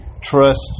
trust